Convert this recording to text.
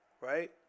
Right